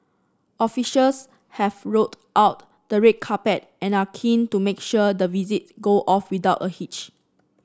officials have rolled out the red carpet and are keen to make sure the visit go off without a hitch